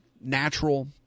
natural